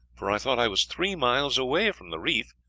for i thought i was three miles away from the reef,